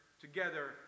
together